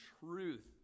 truth